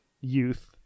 youth